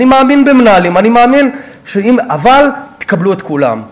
אני מאמין במנהלים, אני מאמין, אבל תקבלו את כולם.